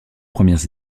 premières